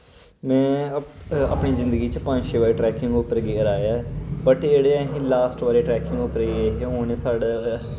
में अपनी जिंदगी च पंज छे बारी ट्रैकिंग उप्पर गेदा ऐ बट जेह्ड़े असीं लास्ट बारी ट्रैकिंग उप्पर गे हे उने साढ़ा ते